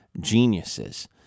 geniuses